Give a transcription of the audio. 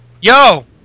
Yo